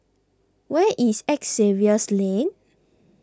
where is Xavier's Lane